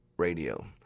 radio